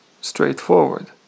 straightforward